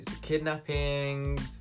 kidnappings